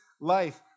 life